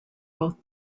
both